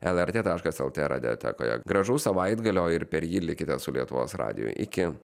lrt taškas lt radiotekoje gražaus savaitgalio ir per jį likite su lietuvos radiju iki